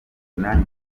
inani